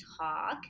talk